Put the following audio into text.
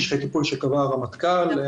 משכי טיפול שקבע הרמטכ"ל.